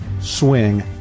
swing